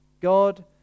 God